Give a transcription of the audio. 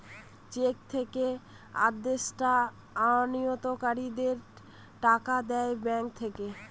check থেকে আদেষ্টা আমানতকারীদের টাকা দেয় ব্যাঙ্ক থেকে